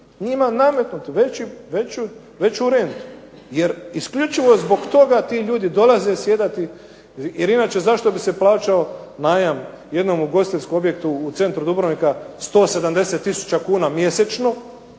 Njima nametnuti veću rentu jer isključivo zbog toga ti ljudi dolaze sjedati. Jer inače zašto bi se plaćao najam jednom ugostiteljskom objektu u centru Dubrovnika 170 tisuća kuna mjesečno